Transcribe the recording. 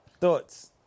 Thoughts